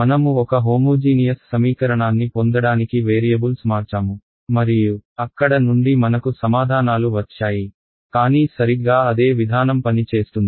మనము ఒక హోమోజీనియస్ సమీకరణాన్ని పొందడానికి వేరియబుల్స్ మార్చాము మరియు అక్కడ నుండి మనకు సమాధానాలు వచ్చాయి కానీ సరిగ్గా అదే విధానం పని చేస్తుంది